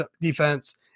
defense